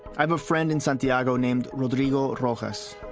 i have a friend in santiago named rodrigo rojas.